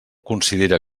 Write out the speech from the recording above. considera